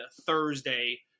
Thursday